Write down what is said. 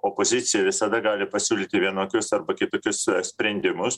opozicija visada gali pasiūlyti vienokius arba kitokius sprendimus